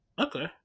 Okay